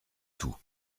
tout